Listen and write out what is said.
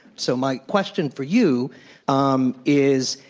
so my question for you um is,